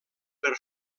per